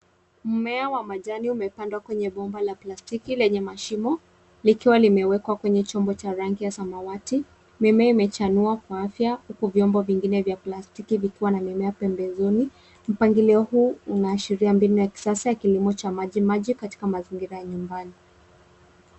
Mmea wa majani umepandwa kwenye bomba la plastiki lenye mashimo likiwa limewekwa kwenye chombo cha rangi ya samawati . Mimea imechanua kwa afya huku vyombo vingine vya plastiki vikiwa na mimea pembezoni. Mpangilio huu unaashiria mbinu ya kisasa ya kilimo cha maji maji katika mazingira ya nyumbani.